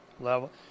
Level